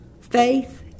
faith